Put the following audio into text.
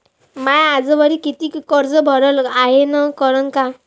म्या आजवरी कितीक कर्ज भरलं हाय कळन का?